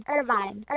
Irvine